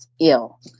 ill